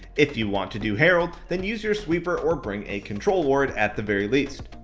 if you want to do herald, then use your sweeper or bring a control ward at the very least.